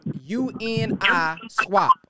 U-N-I-Swap